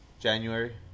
January